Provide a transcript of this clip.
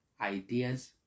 ideas